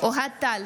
אוהד טל,